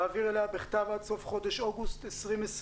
להעביר אליה בכתב עד סוף חודש אוגוסט 2020